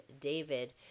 David